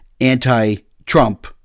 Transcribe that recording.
anti-Trump